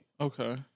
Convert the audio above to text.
Okay